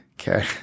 okay